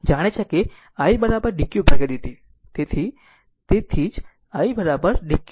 તેથી તેથી i dq dt